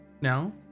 now